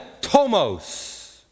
tomos